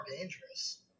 dangerous